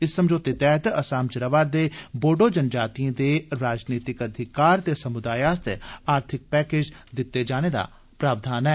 इस समझौते तैहत असाम च रवा करदे बोडो जनजातिये दे राजनीतिक अधिकार ते समुदाए आस्तै आर्थिक पैकेज दिते जाने दा प्रावधान ऐ